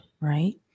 right